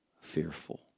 fearful